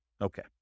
Okay